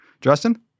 Justin